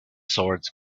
sword